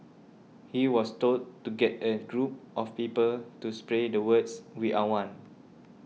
he was told to get a group of people to spray the words We are one